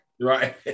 Right